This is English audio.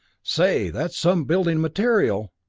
say that's some building material!